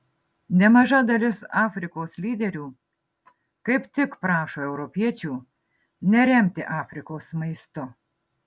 nemaža dalis afrikos lyderių kaip tik prašo europiečių neremti afrikos maistu